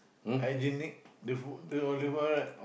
hygienic the food the olive oil right